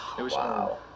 Wow